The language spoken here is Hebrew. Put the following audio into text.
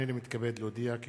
הנני מתכבד להודיעכם,